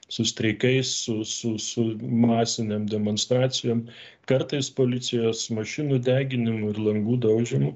su streikais su su su masinėm demonstracijom kartais policijos mašinų deginimu ir langų daužymu